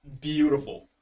Beautiful